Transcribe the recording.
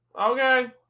okay